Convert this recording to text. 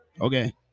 okay